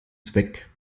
zweck